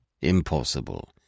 Impossible